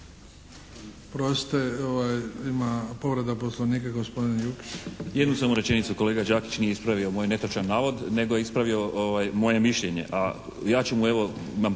Oprostite, ima povreda Poslovnika gospodin Jukić. **Jukić, Vlado (HSP)** Jednu samo rečenicu. Kolega Đakić nije ispravio moj netočan navod nego je ispravio moje mišljenje. A ja ću mu evo